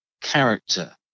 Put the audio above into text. character